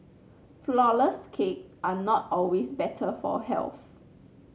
flourless cake are not always better for health